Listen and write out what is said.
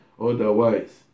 otherwise